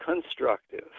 constructive